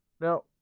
Now